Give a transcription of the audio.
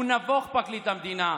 הוא נבוך, פרקליט המדינה.